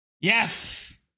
Yes